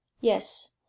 yes